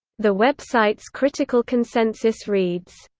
the website's critical consensus reads,